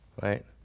Right